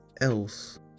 else